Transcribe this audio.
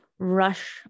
rush